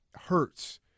hurts